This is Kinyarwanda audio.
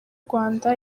rwanda